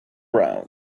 round